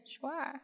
sure